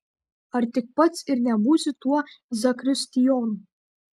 ar tik pats ir nebūsi tuo zakristijonu